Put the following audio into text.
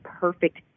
perfect